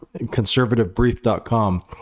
conservativebrief.com